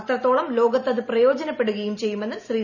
അത്രത്തോളം ലോകത്ത് അത് പ്രയോജനപ്പെടുകയും ചെയ്യുമെന്ന് ശ്രീ